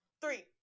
Three